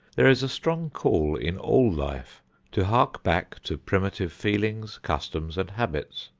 there is a strong call in all life to hark back to primitive feelings, customs and habits.